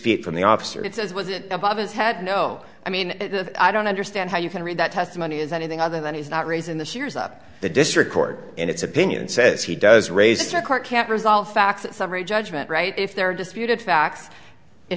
feet from the officer and says was it above his head no i mean i don't understand how you can read that testimony as anything other than he's not raising the sears up the district court in its opinion says he does raise to a court can't resolve facts in summary judgment right if there disputed facts it